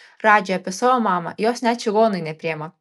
radži apie savo mamą jos net čigonai nepriima